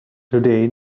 today